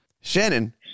shannon